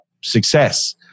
success